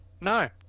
No